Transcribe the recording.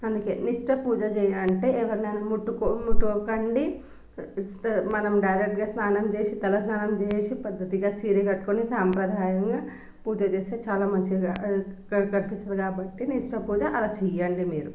అందుకే నిష్ట పూజ చేయ్యాలంటే ఎవరినైన ముట్టుకో ముట్టుకోకండి మనం డైరెక్ట్గా స్నానం చేసి తల స్నానం చేసి పద్ధతిగా చీర కట్టుకొని సాంప్రదాయంగా పూజ చేస్తే చాలా మంచిగా కనిపిస్తుంది కాబట్టి నిష్టపూజ అలా చేయండి మీరు